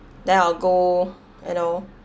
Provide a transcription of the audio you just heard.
then I'll go you know